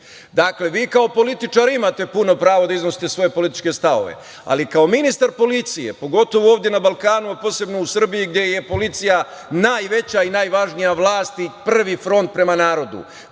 Dakle, vi kao političar imate puno pravo da iznosite svoje političke stavove, ali kao ministar policije, pogotovo ovde na Balkanu, a posebno u Srbiji, gde je policija najveća i najvažnija vlast i prvi front prema narodu,